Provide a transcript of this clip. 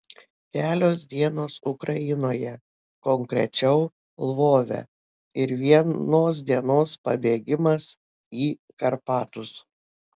kelios dienos ukrainoje konkrečiau lvove ir vienos dienos pabėgimas į karpatus